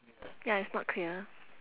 ya it's not clear